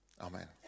amen